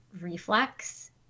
reflex